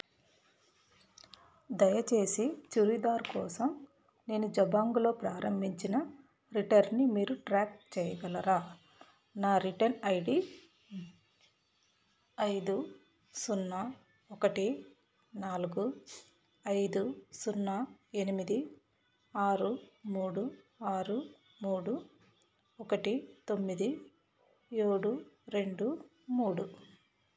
దయచేసి చురీదార్ కోసం నేను జబాంగులో ప్రారంభించిన రిటర్న్ని మీరు ట్రాక్ చేయగలరా నా రిటర్న్ ఐడి ఐదు సున్నా ఒకటి నాలుగు ఐదు సున్నా ఎనిమిది ఆరు మూడు ఆరు మూడు ఒకటి తొమ్మిది ఏడు రెండు మూడు